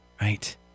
right